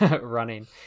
running